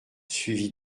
suivi